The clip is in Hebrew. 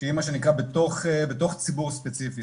שהיא בתוך ציבור ספציפי,